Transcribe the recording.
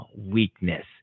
weakness